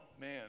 man